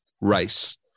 race